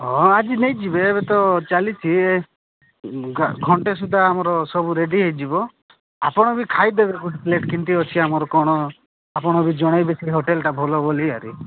ହଁ ଆଜି ନେଇଯିବେ ଏବେ ତ ଚାଲିଛିି ଘଣ୍ଟେ ସୁଦ୍ଧା ଆମର ସବୁ ରେଡ଼ି ହୋଇଯିବ ଆପଣ ବି ଖାଇଦେବେ ଗୋଟେ ପ୍ଲେଟ୍ କେମିତି ଅଛି ଆମର କ'ଣ ଆପଣ ବି ଜଣେଇବେ ସେଇ ହୋଟେଲ୍ଟା ଭଲ ବୋଲି ଆରି